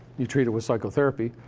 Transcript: you treat it with psychotherapy.